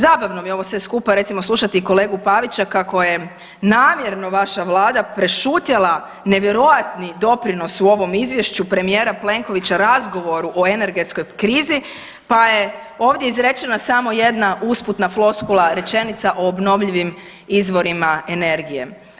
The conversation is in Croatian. Zabavno mi je ovo sve skupa recimo slušati kolegu Pavića kako je namjerno vaša Vlada prešutjela nevjerojatni doprinos u ovom izvješću premijera Plenkovića razgovoru o energetskoj krizi, pa je ovdje izrečena samo jedna usputna floskula rečenica o obnovljivim izvorima energije.